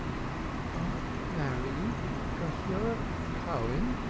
can't marry you because you're a cohen!